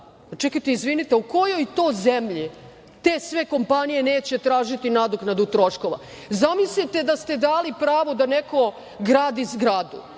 pravo. Izvinite, u kojoj to zemlji te sve kompanije neće tražiti nadoknadu troškova? Zamislite da ste dali pravo da neko gradi zgradu